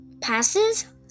passes